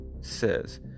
says